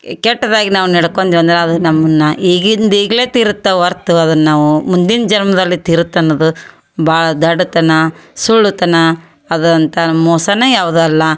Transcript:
ಕೆಟ್ಟದ್ದಾಗಿ ನಾವು ನಡ್ಕೊಂಡ್ವಿ ಅಂದ್ರೆ ಅದು ನಮ್ಮನ್ನು ಈಗಿಂದ ಈಗಲೇ ತೀರತ್ತೆ ಹೊರ್ತು ಅದನ್ನು ನಾವು ಮುಂದಿನ ಜನ್ಮದಲ್ಲಿ ತೀರುತ್ತೆ ಅನ್ನೋದು ಭಾಳ ದಡ್ಡತನ ಸುಳ್ಳುತನ ಅದರಂಥ ಮೋಸಾನೆ ಯಾವ್ದೂ ಅಲ್ಲ